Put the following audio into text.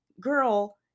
girl